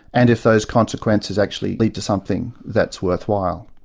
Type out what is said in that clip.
and if those consequences actually lead to something that's worthwhile.